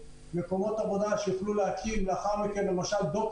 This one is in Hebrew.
מקומות עבודה שיוכלו להקים לאחר מכן למשל "דוקים"